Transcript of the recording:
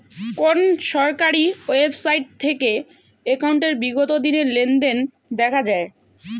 কোন সরকারি ওয়েবসাইট থেকে একাউন্টের বিগত দিনের লেনদেন দেখা যায়?